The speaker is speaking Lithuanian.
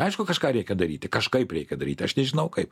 aišku kažką reikia daryti kažkaip reikia daryti aš nežinau kaip